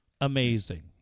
amazing